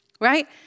right